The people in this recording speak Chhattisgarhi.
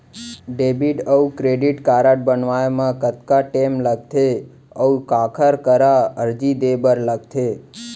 डेबिट अऊ क्रेडिट कारड बनवाए मा कतका टेम लगथे, अऊ काखर करा अर्जी दे बर लगथे?